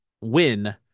win